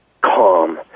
calm